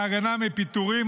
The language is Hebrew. הרחבת ההגנה מפני פיטורין),